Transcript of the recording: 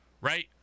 Right